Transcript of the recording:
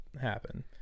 happen